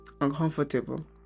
uncomfortable